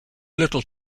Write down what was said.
little